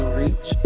reach